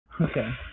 Okay